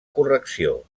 correcció